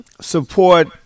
Support